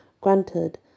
granted